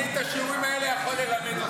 עזוב, אני את השיעורים האלה יכול ללמד אותך.